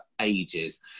ages